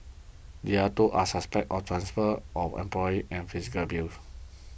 the other two are suspect are transfer of employer and physical abuse